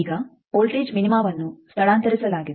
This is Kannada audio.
ಈಗ ವೋಲ್ಟೇಜ್ ಮಿನಿಮವನ್ನು ಸ್ಥಳಾಂತರಿಸಲಾಗಿದೆ